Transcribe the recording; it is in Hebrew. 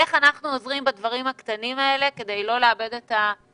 איך אנחנו עוזרים בדברים הקטנים האלה כדי לא לאבד את הצעירים?